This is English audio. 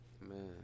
Man